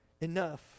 enough